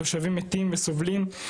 תושבים מתים וסובלים,